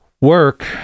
work